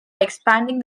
expanding